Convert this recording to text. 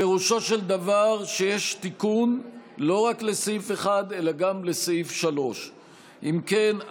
פירושו של דבר שיש תיקון לא רק לסעיף 1 אלא גם לסעיף 3. אם כן,